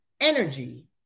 energy